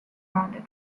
rounded